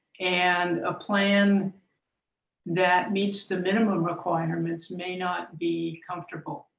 and a plan that means the minimum requirements may not be comfortable.